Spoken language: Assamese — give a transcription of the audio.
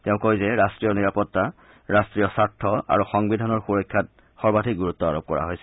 তেওঁ কয় যে ৰাষ্ট্ৰীয় নিৰাপত্তা ৰাষ্ট্ৰীয় স্বাৰ্থ আৰু সংবিধানৰ সুৰক্ষাত সৰ্বাধিক গুৰুত্ব আৰোপ কৰা হৈছে